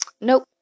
Nope